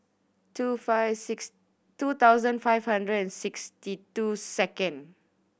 two five six two thousand five hundred and sixty two second